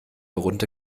runde